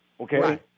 Okay